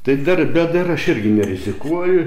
tai darbe dar aš irgi nerizikuoju